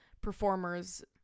performers